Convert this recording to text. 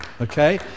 okay